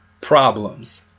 problems